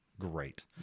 great